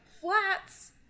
flats